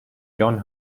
john